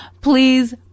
Please